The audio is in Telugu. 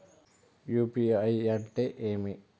యు.పి.ఐ అంటే ఏమి?